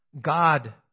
God